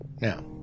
now